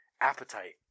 appetite